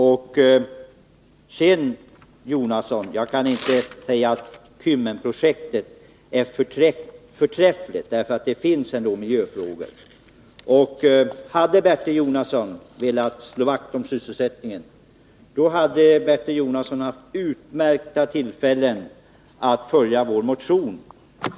Jag kan, Bertil Jonasson, inte påstå att Kymmenprojektet är förträffligt, eftersom det ändå är förenat med miljörisker. Hade Bertil Jonasson velat slå vakt om sysselsättningen, hade han haft utmärkta tillfällen att följa vår motion.